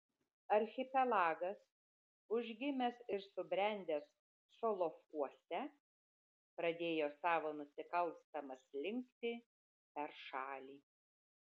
archipelagas užgimęs ir subrendęs solovkuose pradėjo savo nusikalstamą slinktį per šalį